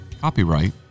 Copyright